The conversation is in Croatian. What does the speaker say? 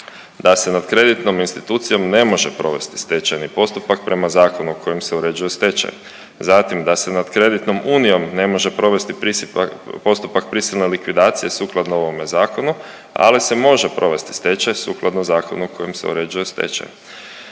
da se nad kreditnom institucijom ne može provesti stečajni postupak prema zakonu kojim se uređuje stečaj. Zatim da se nad kreditnom unijom ne može provesti postupak prisilne likvidacije sukladno ovome zakonu, ali se može provesti stečaj sukladno zakonu kojim se uređuje stečaj.